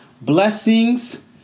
Blessings